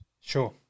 Sure